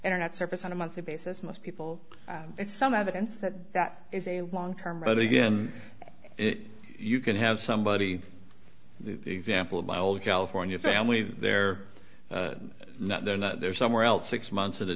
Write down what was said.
internet service on a monthly basis most people it's some evidence that that is a long term rather again if you can have somebody example of my old california family they're not they're not there somewhere else six months